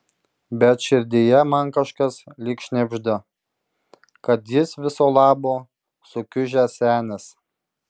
bet širdyje man kažkas lyg šnibžda kad jis viso labo sukiužęs senis